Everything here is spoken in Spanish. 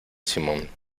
simon